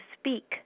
speak